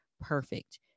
perfect